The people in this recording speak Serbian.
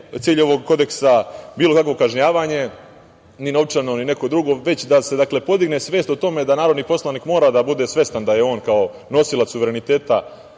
cilj ovog kodeksa bilo kakvo kažnjavanje, ni novčano ni neko drugo, već da se podigne svest o tome da narodni poslanik mora da bude svestan da je on kao nosilac suvereniteta